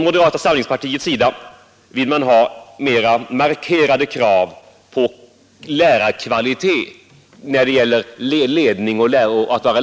Moderata samlingspartiet vill ha mera markerade krav på kvalitet när det gäller ledning och lärare i dessa cirklar.